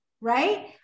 right